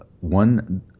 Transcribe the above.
one